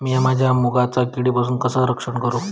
मीया माझ्या मुगाचा किडीपासून कसा रक्षण करू?